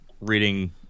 reading